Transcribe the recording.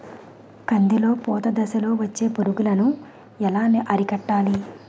కందిలో పూత దశలో వచ్చే పురుగును ఎలా అరికట్టాలి?